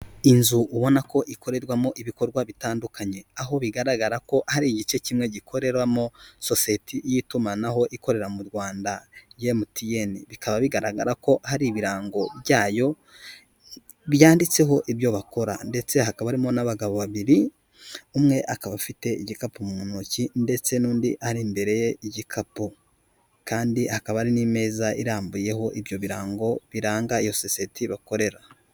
Inzu ubona ko ikorerwamo ibikorwa bitandukanye. Aho bigaragara ko hari igice kimwe gikoreramo sosiyete y'itumanaho ikorera mu Rwanda ya MTN. Bikaba bigaragara ko hari ibirango byayo, byanditseho ibyo bakora. Ndetse hakaba harimo n'abagabo babiri, umwe akaba afite igikapu mu ntoki ndetse n'undi ari imbere ye y'igikapu. Kandi hakaba hari n'imeza irambuyeho ibyo birango, biranga iyo sosiyete bakorera.